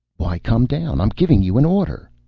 why come down? i'm giving you an order!